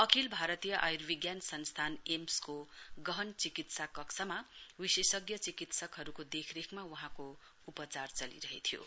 अखिल भारतीय आयुर्विज्ञान संस्थान एम्सको गहन चिकित्सा कक्षमा विशेषज्ञ चिकित्सकहरूको देखरेखमा वहाँको उपचार चलिरहेथ्यो